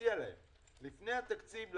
מציע להם לבוא לכאן לפני התקציב,